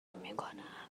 میکنم